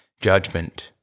judgment